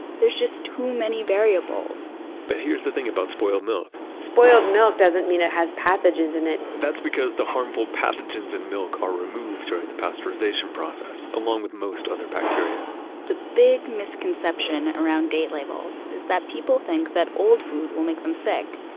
there's just too many variables but here's the thing about spoiled milk spoiled milk doesn't mean it has pathogens in it that's because the harmful pathogens in milk are removed during the pasteurization process along with most other bacteria the big misconception around date labels is that people think that old food will make them sick,